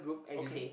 okay